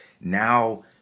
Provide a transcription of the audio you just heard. now